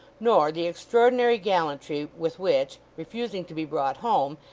nor the extraordinary gallantry with which, refusing to be brought home,